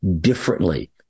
differently